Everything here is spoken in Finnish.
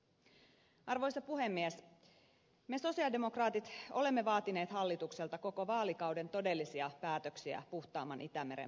me sosialidemokraatit olemme vaatineet hallitukselta koko vaalikauden todellisia päätöksiä puhtaamman itämeren puolesta